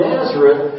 Nazareth